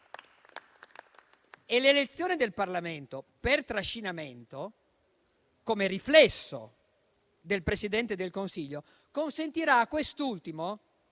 L'elezione del Parlamento per trascinamento, come riflesso del Presidente del Consiglio, consentirà a quest'ultimo